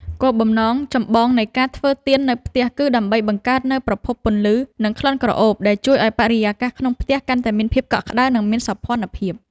គោលបំណងចម្បងនៃការធ្វើទៀននៅផ្ទះគឺដើម្បីបង្កើតនូវប្រភពពន្លឺ និងក្លិនក្រអូបដែលជួយឱ្យបរិយាកាសក្នុងផ្ទះកាន់តែមានភាពកក់ក្ដៅ និងមានសោភ័ណភាព។